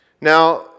Now